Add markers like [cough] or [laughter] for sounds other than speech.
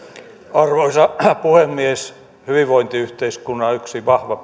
vaihtoehtobudjetissaan arvoisa puhemies hyvinvointiyhteiskunnan yksi vahva [unintelligible]